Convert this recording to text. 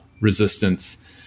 resistance